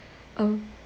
um